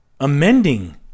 amending